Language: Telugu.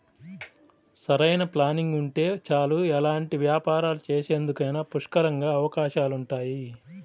సరైన ప్లానింగ్ ఉంటే చాలు ఎలాంటి వ్యాపారాలు చేసేందుకైనా పుష్కలంగా అవకాశాలుంటాయి